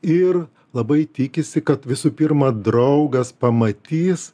ir labai tikisi kad visų pirma draugas pamatys